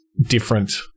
different